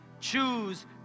choose